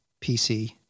PC